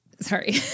sorry